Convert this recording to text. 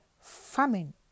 Famine